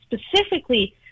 specifically